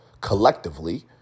collectively